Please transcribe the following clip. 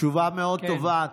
תשובה מאוד טובה.